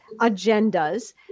agendas